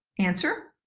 answer?